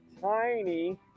tiny